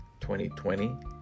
2020